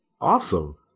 awesome